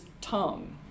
tongue